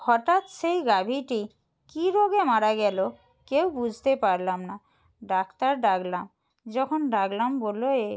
হঠাৎ সেই গাভীটি কী রোগে মারা গেলো কেউ বুঝতে পারলাম না ডাক্তার ডাকলাম যখন ডাকলাম বলল এ